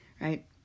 Right